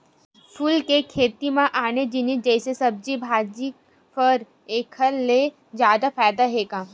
फूल के खेती म आने जिनिस जइसे सब्जी भाजी, फर एखर ले जादा फायदा के हे